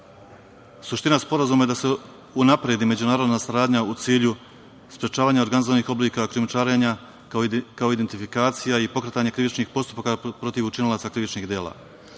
zemlje. Suština sporazuma je da se unapredi međunarodna saradnja u cilju sprečavanja organizovanih oblika krijumčarenja kao identifikacija i pokretanje krivičnih postupaka protiv učinilaca krivičnih dela.